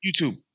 YouTube